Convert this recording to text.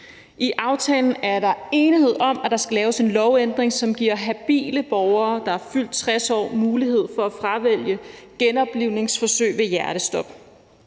I aftalen er der enighed om, at der skal laves en lovændring, som giver habile borgere, der er fyldt 60 år, mulighed for at fravælge genoplivningsforsøg ved hjertestop.